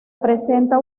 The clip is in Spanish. presenta